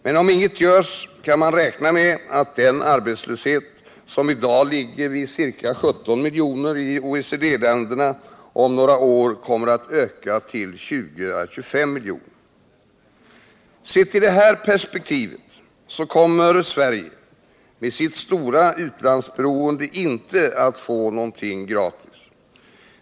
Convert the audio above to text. Men om inget görs, kan man räkna med att den arbetslöshet som i dag ligger vid ca 17 miljoner i OECD-länderna om några år kommer att öka till 20-25 miljoner. Sett i det här perspektivet, kommer Sverige med sitt stora utlandsberoende inte att få någonting gratis.